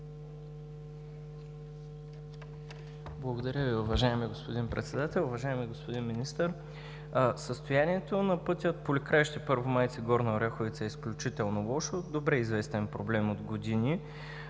Благодаря Ви, уважаеми господин Председател. Уважаеми господин Министър! Състоянието на пътя Поликраище – Първомайци – Горна Оряховица, е изключително лошо – добре известен проблем от години.